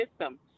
system